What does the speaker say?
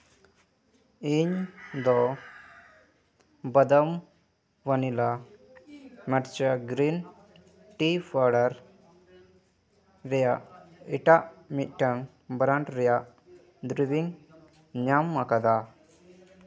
ᱤᱧ ᱫᱚ ᱵᱟᱫᱟᱢ ᱵᱷᱟᱹᱱᱤᱞᱟ ᱢᱮᱴᱪᱩᱭᱟ ᱜᱨᱤᱱ ᱴᱤ ᱯᱟᱣᱰᱟᱨ ᱨᱮᱭᱟᱜ ᱮᱴᱟᱜ ᱢᱤᱫᱴᱟᱝ ᱵᱨᱟᱱᱰ ᱨᱮᱭᱟᱜ ᱫᱩᱨᱤᱵᱤᱧ ᱧᱟᱢᱟᱠᱟᱫᱟ